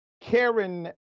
Karen